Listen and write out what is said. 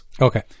Okay